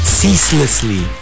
ceaselessly